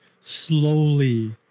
slowly